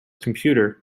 computer